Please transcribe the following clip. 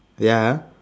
ya ah